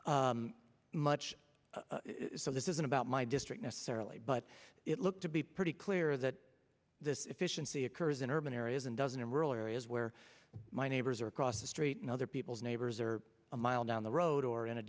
not much so this isn't about my district necessarily but it looked to be pretty clear that this efficiency occurs in urban areas and doesn't in rural areas where my neighbors are across the street in other people's neighbors or a mile down the road or in a